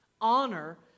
honor